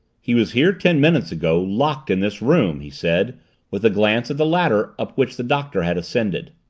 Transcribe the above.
he was here ten minutes ago locked in this room, he said with a glance at the ladder up which the doctor had ascended.